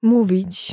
Mówić